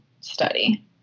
study